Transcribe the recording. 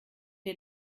dir